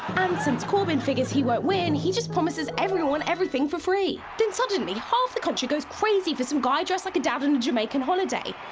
since corbyn figures he won't win, he just promises everyone everything for free. then suddenly, half the country goes crazy for some guy dressed like a dad on a jamaican holiday.